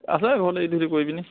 আছে ঘৰতে ইটো সিটো কৰি পিনি